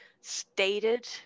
stated